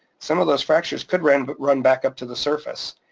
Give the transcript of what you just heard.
some of those fractures could run but run back up to the surface.